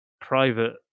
private